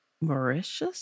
Mauritius